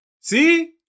see